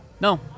No